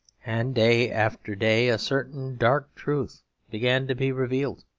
and day after day a certain dark truth began to be revealed,